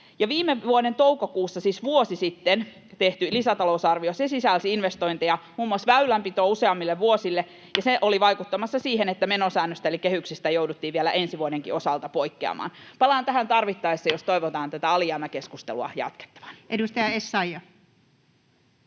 viime vuoden toukokuussa, siis vuosi sitten, tehty lisätalousarvio sisälsi investointeja muun muassa väylänpitoon useammille vuosille, ja se oli vaikuttamassa siihen, että menosäännöstä eli kehyksistä jouduttiin vielä ensi vuodenkin osalta poikkeamaan. — Palaan tähän tarvittaessa, jos toivotaan tätä alijäämäkeskustelua jatkettavan. [Speech 65]